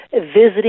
visiting